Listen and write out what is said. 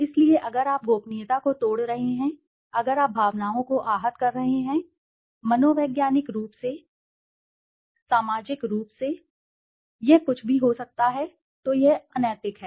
इसलिए अगर आप गोपनीयता को तोड़ रहे हैं अगर आप भावनाओं को आहत कर रहे हैं मनोवैज्ञानिक रूप से सामाजिक रूप से यह कुछ भी हो सकता है तो यह अनैतिक है